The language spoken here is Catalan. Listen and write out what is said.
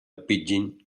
pidgin